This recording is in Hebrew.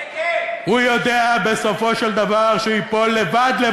-- הוא יודע בסופו של דבר שהוא ייפול לבדו